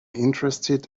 interested